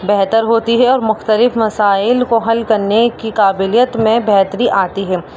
بہتر ہوتی ہے اور مختلف مسائل کو حل کرنے کی کابلیت میں بہتری آتی ہے